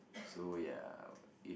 so ya if